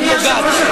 שפוגעת,